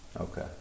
Okay